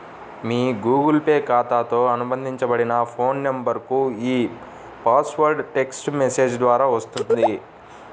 మీ Google Pay ఖాతాతో అనుబంధించబడిన phone నంబర్కు ఈ పాస్వర్డ్ టెక్ట్స్ మెసేజ్ ద్వారా వస్తుంది